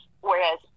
Whereas